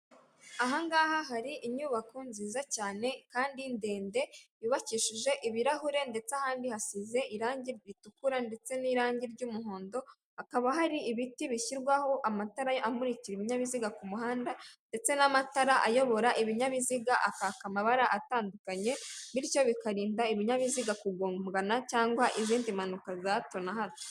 Ahangaha hari inyubako nziza cyane kandi ndende yubakishije ibirahure ndetse ahandi hasize irangi ritukura ndetse n'irangi ry'umuhondo, hakaba hari ibiti bishyirwaho amatara amuririka ibinyabiziga ku muhanda ndetse n'amatara ayobora ibinyabiziga akaka amabara atandukanye bityo bikarinda ibinyabiziga kugongana cyangwa izindi mpanuka za hato na hato.